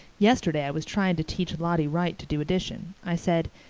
yesterday i was trying to teach lottie wright to do addition. i said,